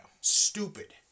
Stupid